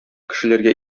кешеләргә